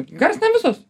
garsinam visus